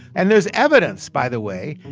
and there's evidence, by the way,